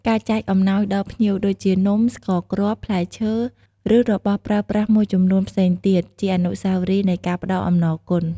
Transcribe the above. ការចែកអំណោយដល់ភ្ញៀវដូចជានំ ស្ករគ្រាប់ ផ្លែឈើ ឬរបស់ប្រើប្រាស់មួយចំនួនផ្សេងទៀត ជាអនុស្សាវរីយ៍នៃការផ្តល់អំណរគុណ។